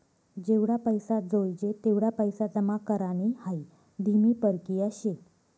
जेवढा पैसा जोयजे तेवढा पैसा जमा करानी हाई धीमी परकिया शे